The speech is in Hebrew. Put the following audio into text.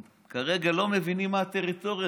הם כרגע לא מבינים מה הטריטוריה.